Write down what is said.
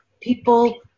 people